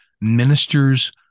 ministers